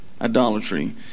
Idolatry